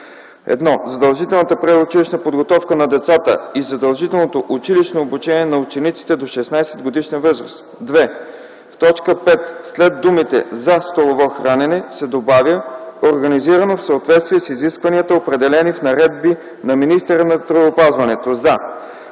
„1. задължителната предучилищна подготовка на децата и задължителното училищно обучение на учениците до 16-годишна възраст;” 2. В т. 5 след думите „за столово хранене” се добавя „организирано в съответствие с изискванията, определени в наредби на министъра на здравеопазването за”,